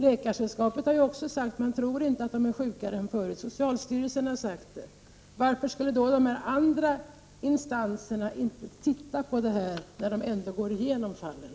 Läkaresällskapet har sagt att man inte tror att kvinnorna är sjukare än förut. Socialstyrelsen har också sagt det. Varför skulle då de andra instanserna inte studera detta, när de ändå går igenom fallen?